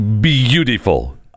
beautiful